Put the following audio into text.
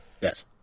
Yes